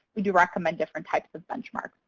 we do recommend different types of benchmarks.